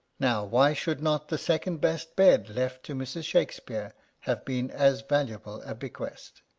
now why should not the second-best bed left to mrs. shakespeare have been as valuable a bequest?